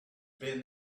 been